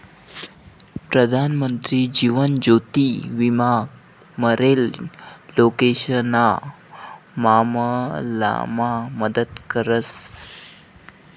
प्रधानमंत्री जीवन ज्योति विमा मरेल लोकेशना मामलामा मदत करस